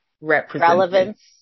relevance